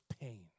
pain